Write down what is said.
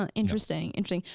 um interesting, interesting,